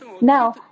Now